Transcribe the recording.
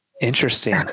Interesting